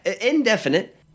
indefinite